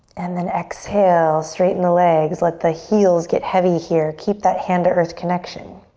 and then exhale, straighten the legs. let the heels get heavy here. keep that hand to earth connection.